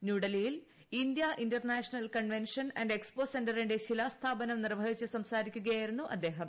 ന്യൂഡൽഹിയിൽ India international convention and expo സെന്ററിന്റെ ശിലാസ്ഥാപനം നിർവ്വഹിച്ച് സംസാരിക്കുകയായിരുന്നു അദ്ദേഹം